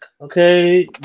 okay